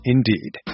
Indeed